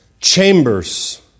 Chambers